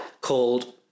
called